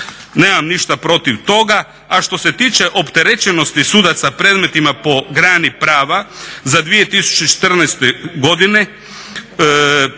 Nemam ništa protiv toga. A što se tiče opterećenosti sudaca predmetima po grani prava za 2014. godine